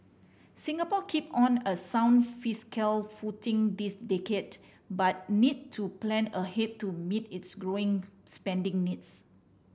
Singapore keep on a sound fiscal footing this decade but need to plan ahead to meet its growing spending needs